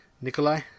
Nikolai